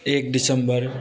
एक डिसम्बर